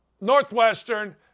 Northwestern